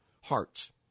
hearts